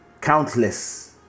countless